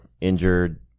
injured